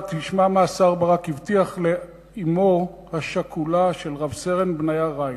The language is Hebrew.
תשמע מה השר ברק הבטיח לאמו השכולה של רב-סרן בניה ריין.